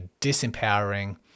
disempowering